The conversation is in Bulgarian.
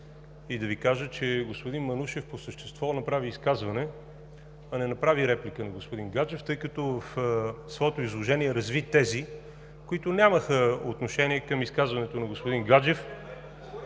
и да Ви кажа, че господин Манушев по същество направи изказване, а не направи реплика на господин Гаджев, тъй като в своето изложение разви тези, които нямаха отношение към изказването на господин Гаджев…